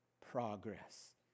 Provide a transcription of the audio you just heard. progress